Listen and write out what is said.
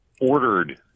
ordered